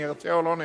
נרצה או לא נרצה,